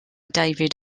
david